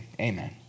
amen